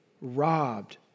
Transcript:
robbed